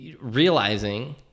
realizing